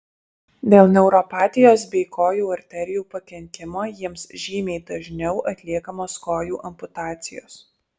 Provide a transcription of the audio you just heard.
dėl neuropatijos bei kojų arterijų pakenkimo jiems žymiai dažniau atliekamos kojų amputacijos